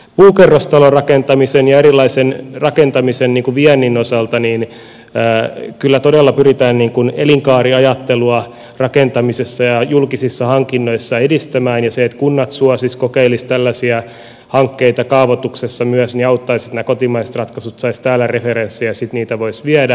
puukerrostalorakentamisen ja erilaisen rakentamisen viennin osalta kyllä todella pyritään elinkaariajattelua rakentamisessa ja julkisissa hankinnoissa edistämään ja se että kunnat suosisivat kokeilisivat tällaisia hankkeita kaavoituksessa myös auttaisi siinä että nämä kotimaiset ratkaisut saisivat täällä referenssiä ja sitten niitä voisi viedä